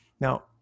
Now